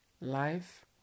life